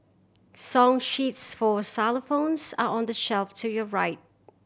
song sheets for xylophones are on the shelf to your right